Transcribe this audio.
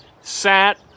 sat